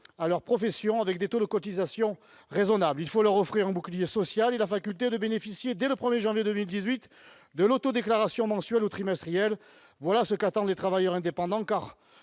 à leur profession, avec des taux de cotisation raisonnables. Il faut leur offrir un bouclier social et la faculté de bénéficier, dès le 1 janvier 2018, de l'autodéclaration mensuelle ou trimestrielle. Voilà ce qu'attendent les travailleurs indépendants, car